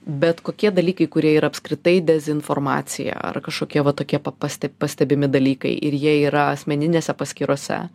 bet kokie dalykai kurie yra apskritai dezinformacija ar kažkokie va tokie pa paste pastebimi dalykai ir jie yra asmeninėse paskyrose